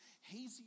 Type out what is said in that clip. hazy